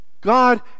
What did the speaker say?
God